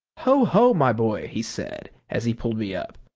ho, ho! my boy, he said, as he pulled me up,